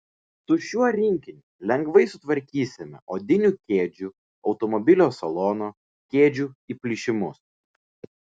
su šiuo rinkiniu lengvai sutvarkysime odinių kėdžių automobilio salono kėdžių įplyšimus